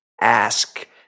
ask